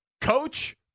coach